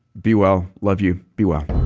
be well. love you. be well